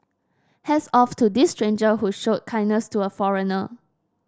hats off to this stranger who showed kindness to a foreigner